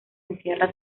encierra